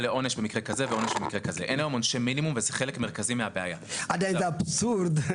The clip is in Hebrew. עכשיו אני אגיד לך משהו מאוד פשוט.